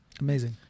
Amazing